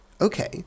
Okay